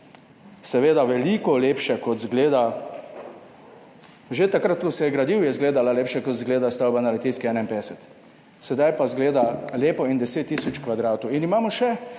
seveda veliko lepše, kot izglea... Že takrat, ko se je gradila, je izgledala lepše, kot izgleda stavba na Litijski 51, zdaj pa izgleda lepo, in 10 tisoč kvadratov. In imamo še